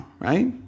right